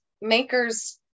makers